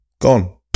Gone